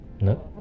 No